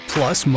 Plus